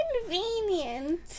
convenient